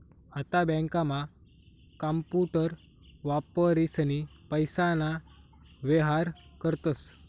आता बँकांमा कांपूटर वापरीसनी पैसाना व्येहार करतस